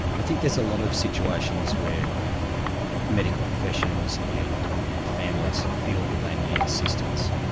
i think there's a lot of situations where medical professionals and and families feel that they need assistance,